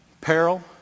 Peril